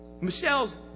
Michelle's